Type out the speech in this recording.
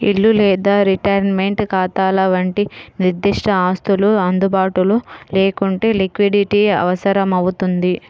ఇల్లు లేదా రిటైర్మెంట్ ఖాతాల వంటి నిర్దిష్ట ఆస్తులు అందుబాటులో లేకుంటే లిక్విడిటీ అవసరమవుతుంది